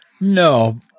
No